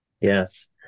Yes